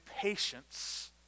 patience